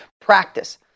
Practice